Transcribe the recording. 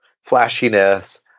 flashiness